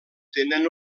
tenen